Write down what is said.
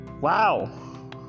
wow